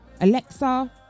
Alexa